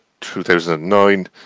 2009